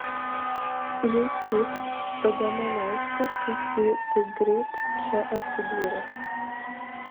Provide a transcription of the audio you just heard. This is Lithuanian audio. jei taip tada man aišku kaip ji taip greit čia atsidūrė